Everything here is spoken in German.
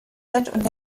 vincent